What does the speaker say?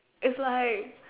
is like